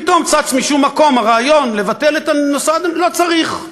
פתאום צץ משום מקום הרעיון לבטל את המוסד: לא צריך,